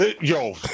Yo